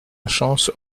chance